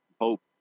hope